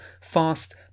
fast